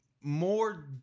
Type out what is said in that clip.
more